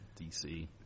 dc